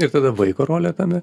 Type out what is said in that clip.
ir tada vaiko rolė tame